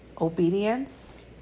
obedience